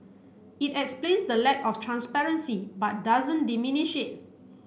it explains the lack of transparency but doesn't diminish